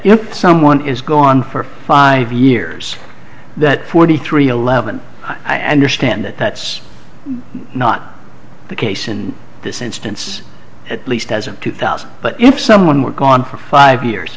know someone is gone for five years that forty three eleven i understand that that's not the case in this instance at least as of two thousand but if someone were gone for five years